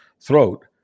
throat